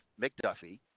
McDuffie